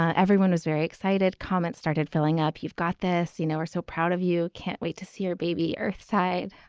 ah everyone was very excited. comments started filling up. you've got this, you know, are so proud of you can't wait to see your baby earthside.